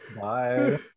Bye